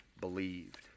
believed